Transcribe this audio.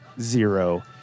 zero